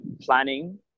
planning